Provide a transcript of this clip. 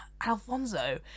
alfonso